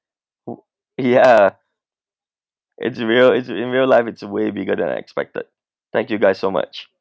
ya it's real it's in real life it's way bigger than I expected thank you guys so much